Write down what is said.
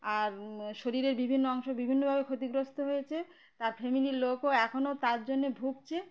আর শরীরের বিভিন্ন অংশ বিভিন্নভাবে ক্ষতিগ্রস্ত হয়েছে তার ফ্যামিলির লোকও এখনও তার জন্যে ভুগছে